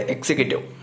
Executive